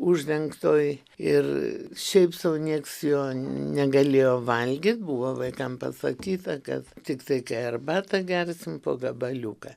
uždengtoj ir šiaip sau nieks jo negalėjo valgyt buvo vaikam pasakyta kad tiktai arbatą gersim po gabaliuką